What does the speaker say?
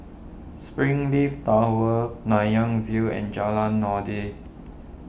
Springleaf Tower Nanyang View and Jalan Noordin